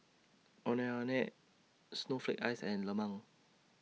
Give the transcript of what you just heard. Ondeh Ondeh Snowflake Ice and Lemang